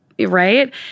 right